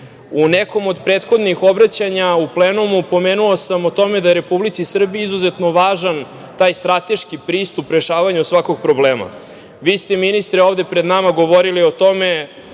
nekom od prethodnih obraćanja u plenumu pomenuo sam to da je Republici Srbiji izuzetno važan taj strateški pristup rešavanja svakog problema. Vi ste, ministre, ovde pred nama govorili o tome